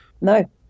No